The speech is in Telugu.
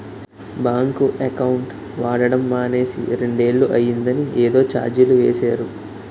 బాంకు ఎకౌంట్ వాడడం మానేసి రెండేళ్ళు అయిందని ఏదో చార్జీలు వేసేరు